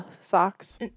socks